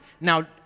Now